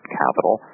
capital